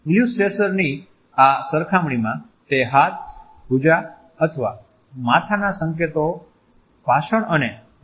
ઈલ્યુસ્ટ્રેટર્સની સરખામણીમાં તે હાથ ભુજા અથવા માથાના સંકેતો ભાષણ અને પ્રશંસા કરવામાં ઉપયોગ થાય છે